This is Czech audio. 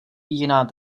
jiná